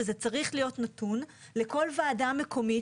וזה צריך להיות נתון לכל ועדה מקומית,